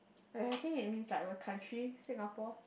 like I think it means like we're a country Singapore